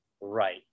right